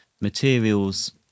materials